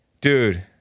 Dude